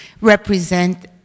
represent